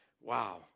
wow